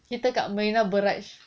kita kat marina barrage